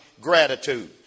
gratitude